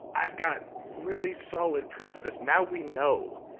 i've got really solid proof of this now we know.